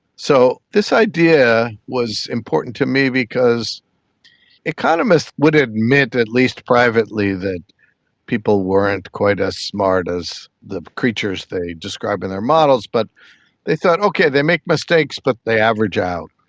so this idea was important to me because economists would admit, at least privately, that people weren't quite as smart as the creatures they describe in their models. but they thought, okay, they make mistakes but they average out.